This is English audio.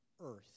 Earth